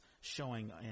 showing